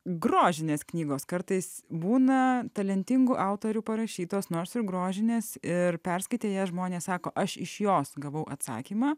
grožinės knygos kartais būna talentingų autorių parašytos nors ir grožinės ir perskaitę jas žmonės sako aš iš jos gavau atsakymą